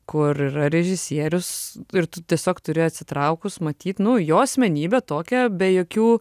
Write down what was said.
kur yra režisierius ir tu tiesiog turi atsitraukus matyt nu jo asmenybę tokią be jokių